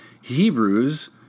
Hebrews